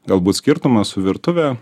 galbūt skirtumas su virtuve